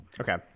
Okay